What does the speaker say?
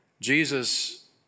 Jesus